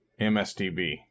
MSDB